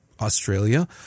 Australia